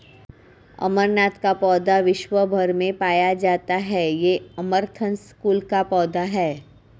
अमरनाथ का पौधा विश्व् भर में पाया जाता है ये अमरंथस कुल का पौधा है